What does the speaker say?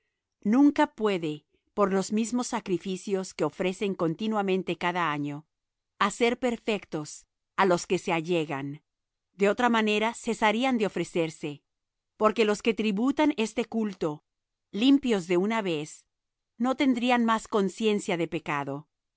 nunca puede por los mismos sacrificios que ofrecen continuamente cada año hacer perfectos á los que se allegan de otra manera cesarían de ofrecerse porque los que tributan este culto limpios de una vez no tendrían más conciencia de pecado